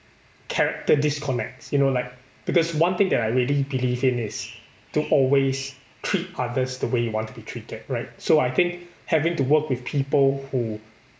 character disconnects you know like because one thing that I really believe in is to always treat others the way you want to be treated right so I think having to work with people who